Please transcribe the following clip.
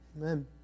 Amen